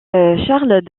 charles